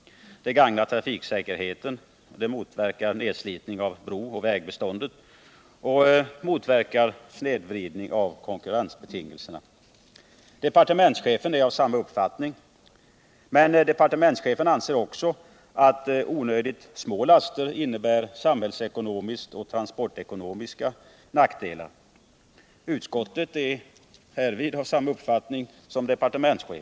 Det gynnar trafiksäkerheten, motverkar nedslitning av brooch vägbestånd och motverkar snedvridning av konkurrensbetingelserna. Departementschefen är av samma uppfattning. Men departementschefen anser också att onödigt små laster innebär samhällsekonomiska och transportekonomiska nackdelar. Utskottet är härvid av samma uppfattning.